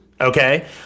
Okay